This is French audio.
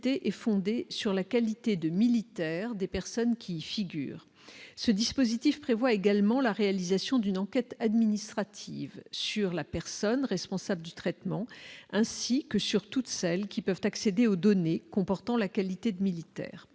la finalité est fondée sur la qualité de militaire des personnes qui y figurent, ce dispositif prévoit également la réalisation d'une enquête administrative sur la personne responsable du traitement ainsi que sur toutes celles qui peuvent accéder aux données comportant la qualité de militaire,